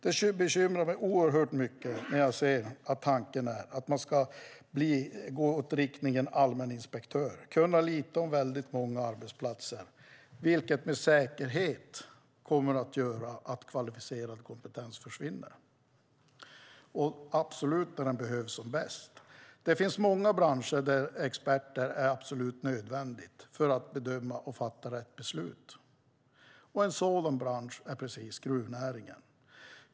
Det bekymrar mig oerhört mycket när jag ser att tanken är att man ska ha allmäninspektörer och som ska kunna lite om väldigt många arbetsplatser, vilket med säkerhet kommer att göra att kvalificerad kompetens försvinner när den behövs som bäst. Det finns många branscher där det är absolut nödvändigt med experter för att bedöma och fatta rätt beslut. En sådan bransch är gruvnäringen.